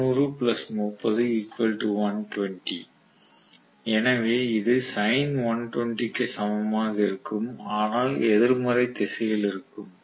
90 30 120 எனவே இது sin120 க்கு சமமாக இருக்கும் ஆனால் எதிர்மறை திசையில் இருக்கும்